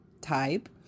type